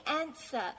answer